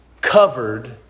Covered